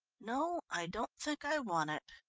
no, i don't think i want it.